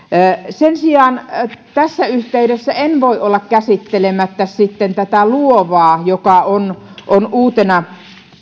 sen sijaan tässä yhteydessä en voi olla käsittelemättä sitten tätä luovaa joka on on uutena